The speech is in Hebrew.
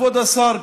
כבוד השר,